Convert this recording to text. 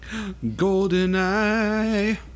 GoldenEye